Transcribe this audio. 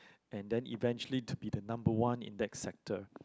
and then eventually to be the number one in that sector